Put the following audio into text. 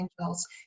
angels